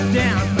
down